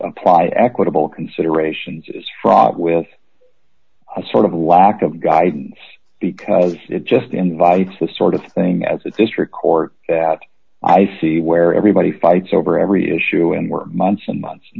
apply equitable considerations is fraught with a sort of lack of guidance because it just invites the sort of thing as a district court that i see where everybody fights over every issue and we're months and months and